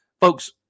folks